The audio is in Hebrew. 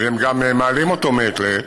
גם מעלים אותו מעת לעת,